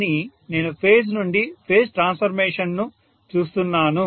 కానీ నేను ఫేజ్ నుండి ఫేజ్ ట్రాన్స్ఫర్మేషన్ ను చూస్తున్నాను